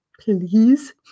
please